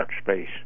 space